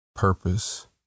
purpose